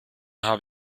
habe